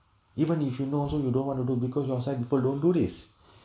even if you know so you don't want to do because your outside people don't do this